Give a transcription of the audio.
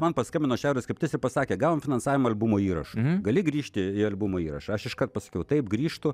man paskambino šiaurės kryptis ir pasakė gavom finansavimą albumo įrašui gali grįžti į albumo įrašą aš iškart pasakiau taip grįžtu